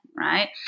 right